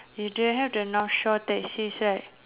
you don't have the north shore taxis right